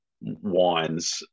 wines